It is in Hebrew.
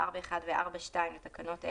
4(1) ו-4(2) לתקנות אלה,